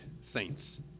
saints